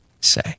say